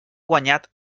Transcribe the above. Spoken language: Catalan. guanyat